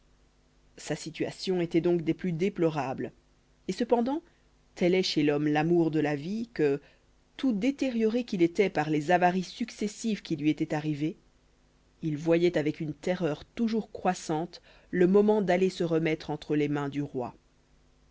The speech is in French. sa situation était donc des plus déplorables et cependant tel est chez l'homme l'amour de la vie que tout détérioré qu'il était par les avaries successives qui lui étaient arrivées il voyait avec une terreur toujours croissante le moment d'aller se remettre entre les mains du roi